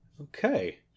okay